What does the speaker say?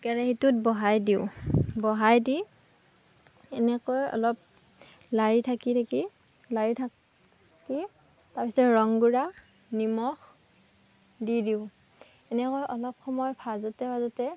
কেৰাহীটোত বহাই দিওঁ বহাই দি এনেকৈ অলপ লাৰি থাকি থাকি লাৰি থাকি তাৰপিছত ৰঙগুড়া নিমখ দি দিওঁ এনেকৈ অলপ সময় ভাজোঁতে ভাজোঁতে